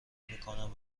میکنن